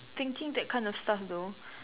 thinking that kind of stuff though